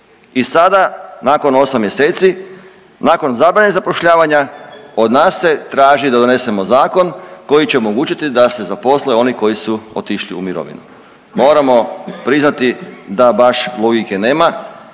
I sada nakon 8 mjeseci, nakon zabrane zapošljavanja od nas se traži da donesemo zakon koji će omogućiti da se zaposle oni koji su otišli u mirovinu. Moramo priznati da baš logike nema